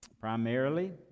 primarily